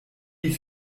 dit